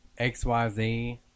XYZ